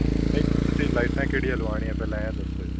ਤੁਸੀਂ ਲਾਈਟਾਂ ਕਿਹੜੀਆਂ ਲਵਾਉਣੀਆਂ ਪਹਿਲਾਂ ਐਂ ਦੱਸੋ ਜੀ